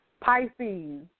Pisces